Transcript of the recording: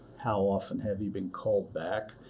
how often have you been called back?